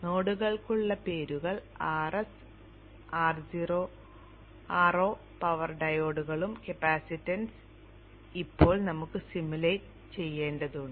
നോഡുകൾക്കുള്ള പേരുകൾ Rs Ro power ഡയോഡുകളും കപ്പാസിറ്റൻസും ഇപ്പോൾ നമുക്ക് സിമുലേറ്റ് ചെയ്യേണ്ടതുണ്ട്